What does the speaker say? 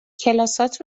کلاسهات